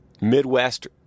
Midwest